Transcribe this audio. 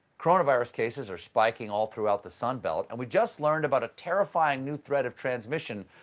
coronavirus cases are spiking all throughout the sunbelt, and we just learned about a terrifying new threat of transmission,